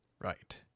Right